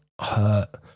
hurt